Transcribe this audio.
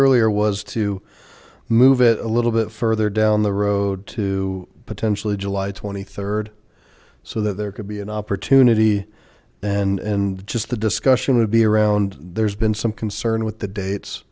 earlier was to move it a little bit further down the road to potentially july twenty third so that there could be an opportunity and just the discussion would be around there's been some concern with the dates